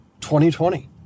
2020